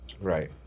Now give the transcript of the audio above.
Right